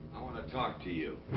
want to talk to you.